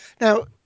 now